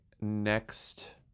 Next